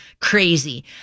crazy